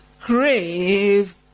crave